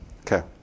Okay